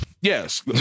Yes